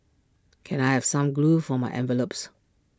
can I have some glue for my envelopes